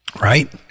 right